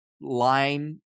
line